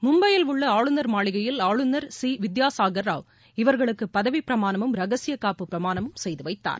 மும்பையில் உள்ள ஆளுநர் மாளிகையில் ஆளுநர் சி வித்யாசாகர் ராவ் இவர்களுக்கு பதவி பிரமாணமும் ரகசிய காப்பு பிரமாணமும் செய்து வைத்தார்